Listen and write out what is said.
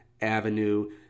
avenue